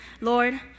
Lord